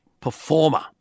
performer